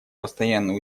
постоянные